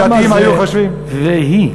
הדתיים היו חושבים, אתה יודע מה זה "והיא"?